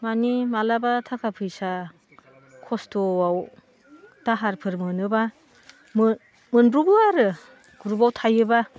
माने माब्लाबा थाखा फैसा खस्त'आव दाहारफोर मोनोबा मोनब्र'बो आरो ग्रुपाव थायोबा